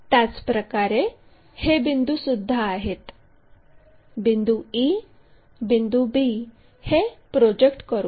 त्याचप्रकारे हे बिंदूसुद्धा आहेत बिंदू e बिंदू b हे प्रोजेक्ट करू